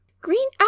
Green